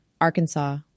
Arkansas